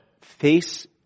face